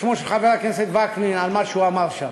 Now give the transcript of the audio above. אני לא רוצה לחזור בשמו של חבר הכנסת וקנין על מה שהוא אמר שם.